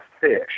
fish